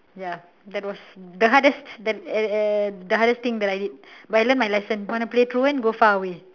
ya that was the hardest that uh the hardest thing that I did but I learnt my lesson wanna play truant go far away